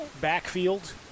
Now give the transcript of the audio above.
backfield